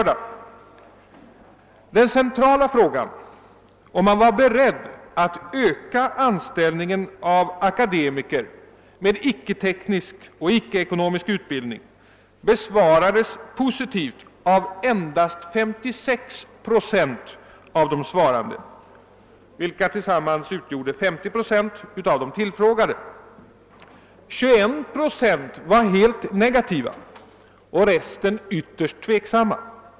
Den centrala frågan, huruvida man var beredd att öka anställningen av akademiker med icke-teknisk och icke-ekonomisk utbildning, besvarades positivt av endast 56 procent av de svarande, vilka utgjorde 50 procent av de tillfrågade. 21 procent var helt negativa och resten ytterst tveksamma.